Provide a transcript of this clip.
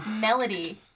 Melody